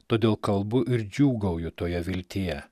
todėl kalbu ir džiūgauju toje viltyje